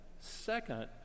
Second